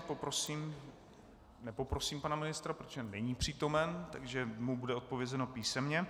Poprosím nepoprosím pana ministra, protože není přítomen, takže panu poslanci bude odpovězeno písemně.